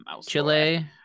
chile